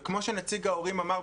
וכמו שנציג ההורים אמר,